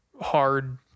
hard